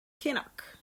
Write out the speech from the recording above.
kinnock